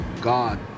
God